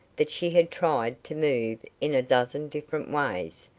that she had tried to move in a dozen different ways,